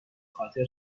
خاطر